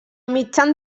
mitjan